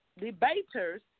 debaters